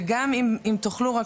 וגם אם תוכלו רק,